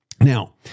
Now